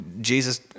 Jesus